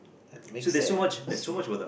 that make sense ya